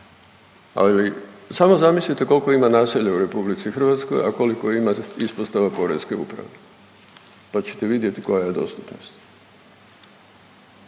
Ali, samo zamislite koliko ima naselja u RH, a koliko ima ispostava poreske uprave pa ćete vidjeti koja je dostupnost.